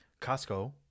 Costco